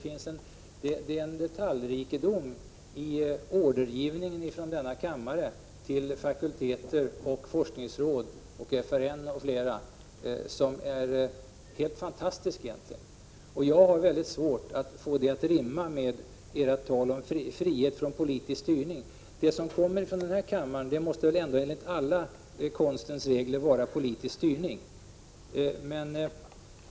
Det är en detaljrikedom i ordergivningen från denna kammare till fakulteter, forskningsråd, FRN m.fl. som egentligen är helt fantastisk. Jag har svårt att få detta att rimma med ert tal om frihet från politisk styrning. Det som kommer från denna kammare måste väl ändå enligt konstens alla regler vara politisk styrning.